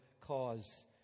cause